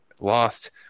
lost